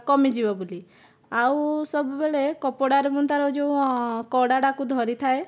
କମିଯିବ ବୋଲି ଆଉ ସବୁବେଳେ କପଡ଼ାରେ ମୁଁ ତାର ଯେଉଁ କଡ଼ାଟାକୁ ଧରିଥାଏ